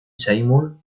seymour